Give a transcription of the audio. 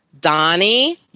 Donnie